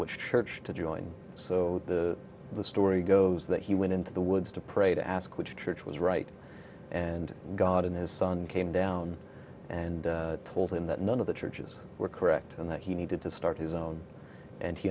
which church to join so the story goes that he went into the woods to pray to ask which church was right and god and his son came down and told him that none of the churches were correct and that he needed to start his own an